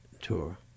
tour